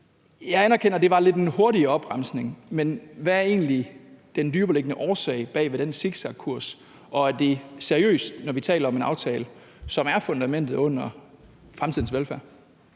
Jeg anerkender, at det lidt var en hurtig opremsning, men hvad er egentlig den dybere liggende årsag til den zigzagkurs, og er det seriøst, når vi taler om en aftale, som er fundamentet under fremtidens velfærd?